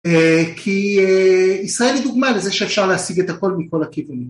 כי ישראל היא דוגמה לזה שאפשר להשיג את הכל מכל הכיוונים.